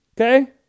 Okay